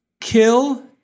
Kill